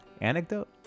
Anecdote